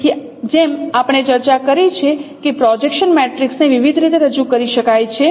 તેથી જેમ આપણે ચર્ચા કરી છે કે પ્રોજેક્શન મેટ્રિક્સને વિવિધ રીતે રજૂ કરી શકાય છે